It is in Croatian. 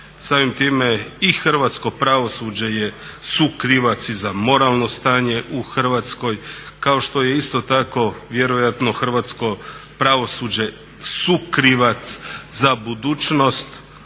Samim time i hrvatsko pravosuđe je sukrivac za moralno stanje u Hrvatskoj, kao što je isto tako vjerojatno hrvatsko pravosuđe sukrivac za budućnost